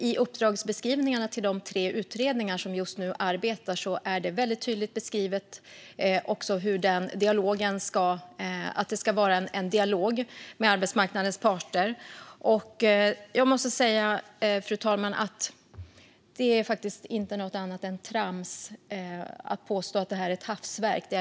I uppdragsbeskrivningarna till de tre utredningar som just nu arbetar är det också tydligt beskrivet att det ska vara en dialog med arbetsmarknadens parter. Fru talman! Jag måste säga att det inte är något annat än trams att påstå att det här är ett hafsverk.